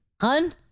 Hun